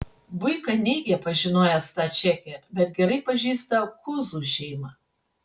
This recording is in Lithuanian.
buika neigia pažinojęs tą čekę bet gerai pažįsta kuzų šeimą